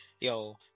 Yo